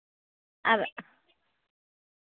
ᱟᱨ